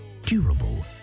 Durable